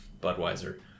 budweiser